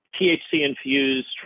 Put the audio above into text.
THC-infused